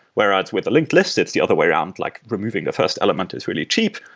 whereas with the linked list, it's the other way around, like removing the first element is really cheap,